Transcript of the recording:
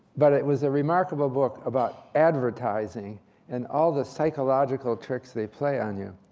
but it was a remarkable book about advertising and all the psychological tricks they play on you.